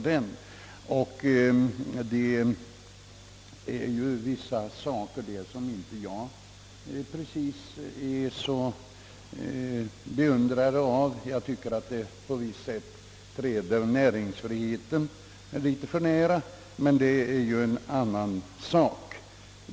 Det finns i denna lag detaljer som jag inte precis är någon beundrare av; jag tycker att näringsfriheten trädes litet för nära. Det är emellertid en annan fråga.